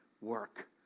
work